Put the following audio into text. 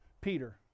Peter